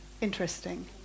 Interesting